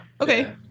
okay